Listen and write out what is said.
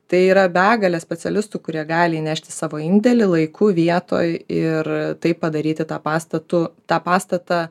tai yra begalė specialistų kurie gali įnešti savo indėlį laiku vietoj ir taip padaryti tą pastatu tą pastatą